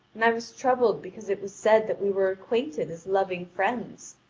and i was troubled because it was said that we were acquainted as loving friends.